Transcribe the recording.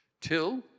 till